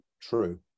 true